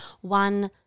one